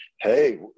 hey